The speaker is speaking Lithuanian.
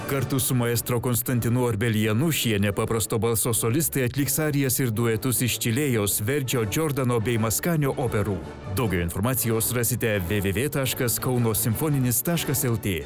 kartu su maestro konstantinu arbelijanu šie nepaprasto balso solistai atliks arijas ir duetus iš čilėjos verdžio džordano bei maskanio operų daugiau informacijos rasite vė vė vė taškas kauno simfoninis taškas lt